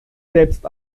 selbst